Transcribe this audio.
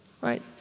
Right